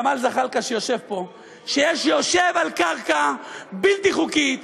ג'מאל זחאלקה שיושב פה יושב על קרקע בלתי חוקית,